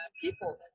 people